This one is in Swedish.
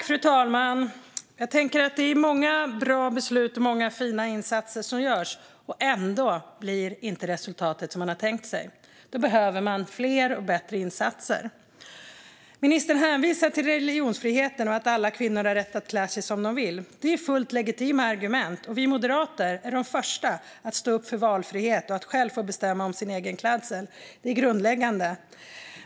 Fru talman! Det är många bra beslut och många fina insatser som görs, och ändå blir resultatet inte som man har tänkt sig. Då behöver man fler och bättre insatser. Ministern hänvisar till religionsfriheten och till att alla kvinnor har rätt att klä sig som de vill. Det är fullt legitima argument. Vi moderater är de första att stå upp för valfrihet, och att själv få bestämma om sin klädsel är grundläggande.